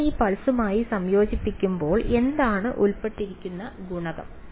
ഞാൻ ഈ പൾസുമായി സംയോജിപ്പിക്കുമ്പോൾ എന്താണ് ഉൾപ്പെട്ടിരിക്കുന്ന ഗുണകം